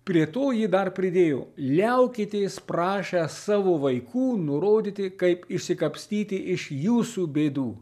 prie to ji dar pridėjo liaukitės prašę savo vaikų nurodyti kaip išsikapstyti iš jūsų bėdų